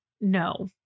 No